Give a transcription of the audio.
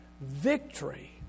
victory